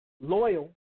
loyal